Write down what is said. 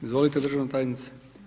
Izvolite državna tajnice.